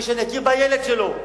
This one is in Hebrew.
ושאני אכיר בילד שלו.